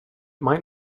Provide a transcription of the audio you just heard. might